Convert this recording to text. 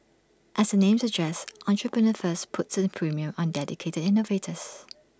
as the name suggests Entrepreneur First puts the premium on dedicated innovators